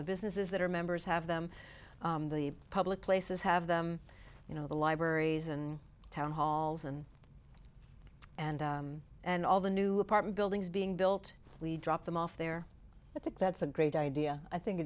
the businesses that are members have them the public places have them you know the libraries and town halls and and and all the new apartment buildings being built we drop them off there i think that's a great idea i think